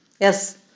Yes